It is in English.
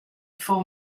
for